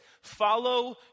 follow